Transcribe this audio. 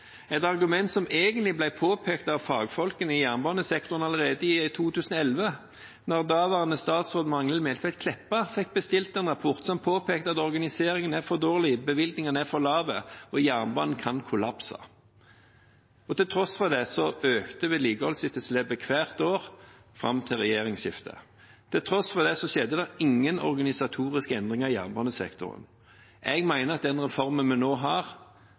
et argument som egentlig ble påpekt av fagfolkene i jernbanesektoren allerede i 2011, da daværende statsråd Magnhild Meltveit Kleppa fikk bestilt en rapport som påpekte at organiseringen var for dårlig, bevilgningene for lave, og at jernbanen kunne kollapse. Til tross for det økte vedlikeholdsetterslepet hvert år fram til regjeringsskiftet. Til tross for det skjedde det ingen organisatoriske endringer i jernbanesektoren. Jeg mener at den reformen vi nå har, er svaret på veldig mye av det som Riksrevisjonen påpeker, fordi vi har